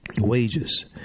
Wages